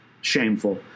shameful